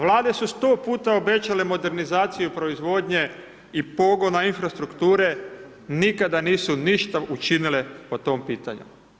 Vlade su 100 puta obećale modernizaciju proizvodnje i pogona infrastrukture, nikada nisu ništa učinile po tom pitanju.